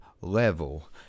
level